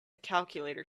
calculator